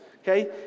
okay